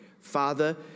Father